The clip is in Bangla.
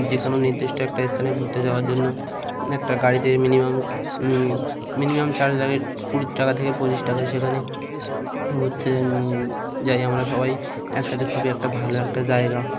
যে কোনো নির্দিষ্ট একটা স্থানে ঘুরতে যাওয়ার জন্য একটা গাড়িতে মিনিমাম মিনিমাম চার্জ লাগে কুড়ি টাকা থেকে পঁচিশ টাকা সেখানে ঘুরতে যাই আমরা সবাই একসাথে খুবই একটা ভালো একটা জায়গা